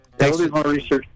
Thanks